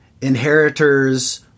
inheritors